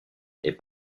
est